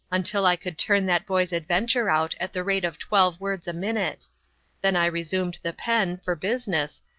until i could turn that boy's adventure out at the rate of twelve words a minute then i resumed the pen, for business,